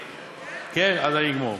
בדיקה ראשונית שנערכה